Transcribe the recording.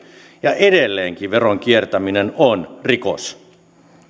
ja edelleenkin veronkiertäminen on rikos